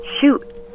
Shoot